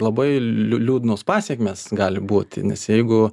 labai liūdnos pasekmės gali būti nes jeigu